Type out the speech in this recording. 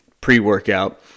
pre-workout